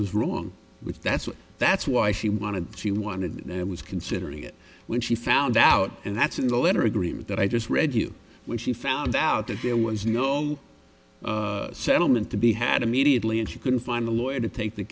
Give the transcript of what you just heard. was wrong with that's what that's why she wanted she wanted it and i was considering it when she found out and that's in the letter agreement that i just read you when she found out that there was no settlement to be had immediately and she couldn't find a lawyer to take the